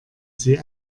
sie